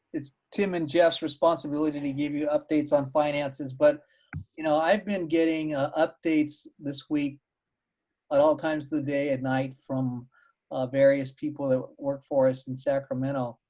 it's tim and jeff's responsibility to give you updates on finances, but you know i've been getting ah updates this week at all times the day and night from various people that work for us in sacramento.